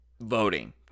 voting